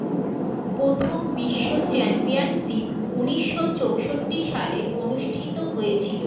প্রথম বিশ্ব চ্যাম্পিয়ানশিপ ঊনিশশো চৌষট্টি সালে অনুষ্ঠিত হয়েছিল